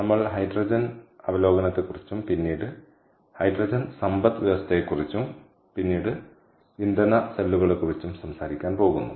നമ്മൾ ഹൈഡ്രജൻ അവലോകനത്തെക്കുറിച്ചും പിന്നീട് ഹൈഡ്രജൻ സമ്പദ്വ്യവസ്ഥയെക്കുറിച്ചും പിന്നീട് ഇന്ധന സെല്ലുകളെക്കുറിച്ചും സംസാരിക്കാൻ പോകുന്നു